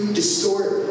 distort